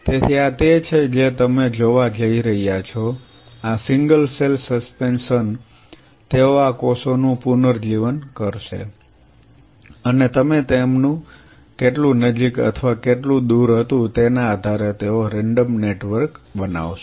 તેથી આ તે છે જે તમે જોવા જઈ રહ્યા છો આ સિંગલ સેલ સસ્પેન્શન તેઓ આ કોષોનું પુનર્જીવન કરશે અને તમે તેમને કેટલું નજીક અથવા કેટલું દૂર હતું તેના આધારે તેઓ રેન્ડમ નેટવર્ક બનાવશે